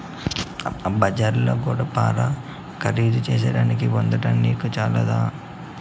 బజార్ల గడ్డపార ఖరీదు చేసేదానికి పొద్దంతా నీకు చాలదా